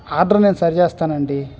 order నేను సరిచేస్తాను అండి